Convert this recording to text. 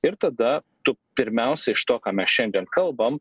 ir tada tu pirmiausia iš to ką mes šiandien kalbam